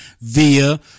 via